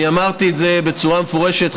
אני אמרתי את זה בצורה מפורשת,